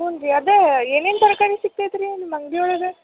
ಹ್ಞೂನ್ರಿ ಅದೇ ಏನೇನು ತರಕಾರಿ ಸಿಕೈತೆ ರಿ ನಿಮ್ಮ ಅಂಗಡಿ ಒಳಗೆ